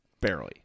barely